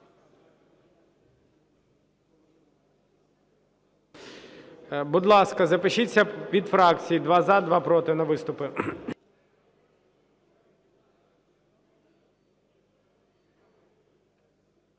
Будь ласка, запишіться від фракцій: два – за, два – проти на виступи.